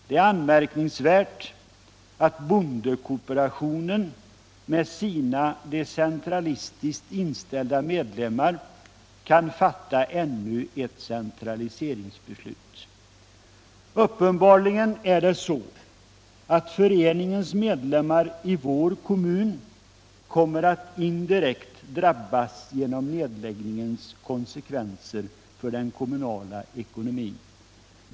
Det är anmärkningsvärt, att bondekooperationen med sina decentralistiskt inställda medlemmar kan fatta ännu ett centraliseringsbeslut. Uppenbarligen är det så att föreningens medlemmar i vår kommun kommer att indirekt drabbas genom nedläggningens konsekvenser för den kommunala ekonomin.